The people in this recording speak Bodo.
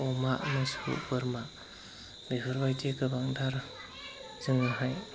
अमा मोसौ बोरमा बेफोरबायदि गोबांथार जोङो